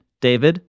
David